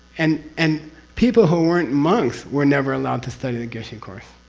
and and people who weren't monks were never allowed to study the geshe course.